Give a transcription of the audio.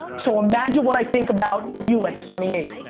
so imagine what i think about you at twenty eight.